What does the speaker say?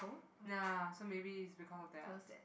ya so maybe it's because of that